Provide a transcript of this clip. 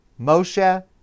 Moshe